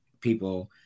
people